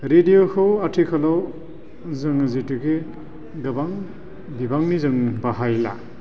रेदिय'खौ आथिखालाव जों जिथुखे गोबां बिबांनि जों बाहायला